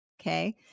okay